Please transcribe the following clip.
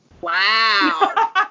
wow